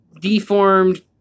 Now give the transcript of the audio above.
deformed